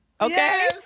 Okay